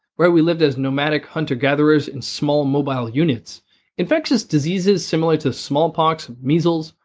where we lived as nomadic hunter-gatherers in small, mobile units infectious diseases similar to smallpox, measles,